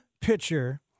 pitcher